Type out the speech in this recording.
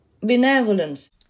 benevolence